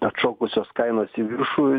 atšokusios kainos į viršų